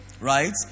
right